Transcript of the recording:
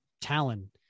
talon